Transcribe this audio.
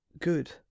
good